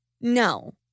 no